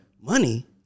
Money